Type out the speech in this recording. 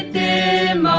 ah da